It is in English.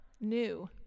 new